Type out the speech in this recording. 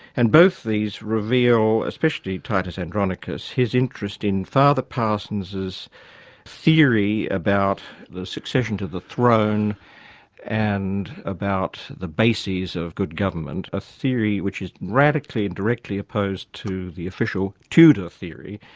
and both these reveal, especially titus andronicus, his interest in father parsons's theory about the succession to the throne and about the bases of good government, a theory which is radically and directly opposed to the official tudor theory,